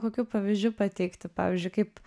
kokių pavyzdžių pateikti pavyzdžiui kaip